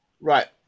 Right